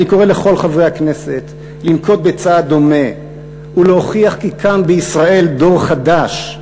אני קורא לכל חברי הכנסת לנקוט צעד דומה ולהוכיח כי קם בישראל דור חדש,